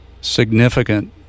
significant